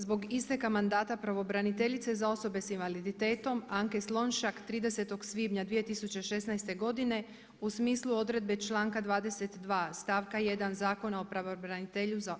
Zbog isteka mandata pravobraniteljice za osobe sa invaliditetom Anke Slonjšak 30. svibnja 2016. godine u smislu odredbe članka 22. stavka 1. Zakona o